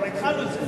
אנחנו התחלנו את זה.